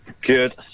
Good